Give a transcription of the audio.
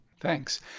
thanks